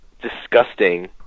disgusting